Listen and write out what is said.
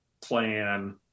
plan